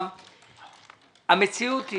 המציאות היא